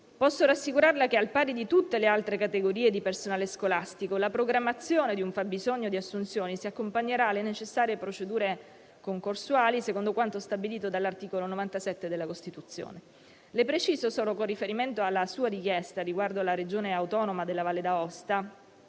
Posso rassicurare l'interrogante che, al pari di tutte le altre categorie di personale scolastico, la programmazione di un fabbisogno di assunzioni si accompagnerà alle necessarie procedure concorsuali, secondo quanto stabilito dall'articolo 97 della Costituzione. Preciso solo, con riferimento alla richiesta riguardante la Regione autonoma Valle d'Aosta,